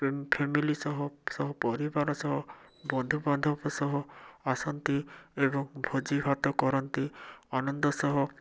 family ସହ ସହ ପରିବାର ସହ ବନ୍ଧୁବାନ୍ଧବ ସହ ଆସନ୍ତି ଏବଂ ଭୋଜି ଭାତ କରନ୍ତି ଆନନ୍ଦ ସହ